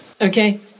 Okay